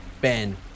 Ben